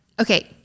Okay